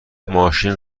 ماشین